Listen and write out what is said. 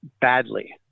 badly